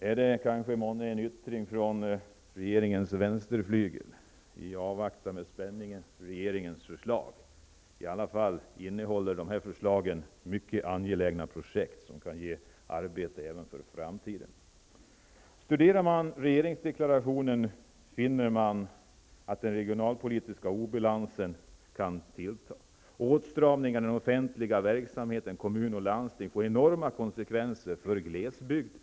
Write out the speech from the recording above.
Är det kanske en yttring från regeringens vänsterflygel? Vi avvaktar med spänning regeringens förslag. I alla fall innehåller det mycket angelägna projekt som kan ge arbete även för framtiden. Studerar man regeringsdeklarationen finner man att den regionalpolitiska obalansen kan tillta. Åtstramningar i den offentliga verksamheten, i kommun och landsting, får enorma konsekvenser för glesbygden.